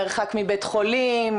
מרחק מבית חולים,